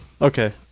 Okay